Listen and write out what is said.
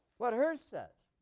what hirsch says,